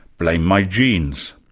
blame my genes.